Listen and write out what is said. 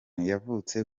yavutse